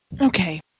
Okay